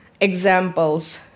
examples